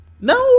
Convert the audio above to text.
no